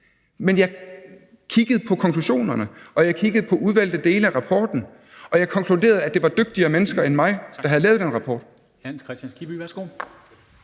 Men jeg kiggede på konklusionerne, og jeg kiggede på udvalgte dele af rapporten, og jeg konkluderede, at det var dygtigere mennesker end mig, der havde lavet den rapport.